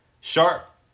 sharp